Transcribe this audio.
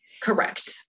Correct